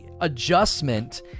adjustment